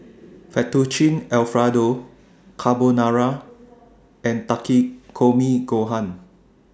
Fettuccine Alfredo Carbonara and Takikomi Gohan